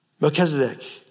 Melchizedek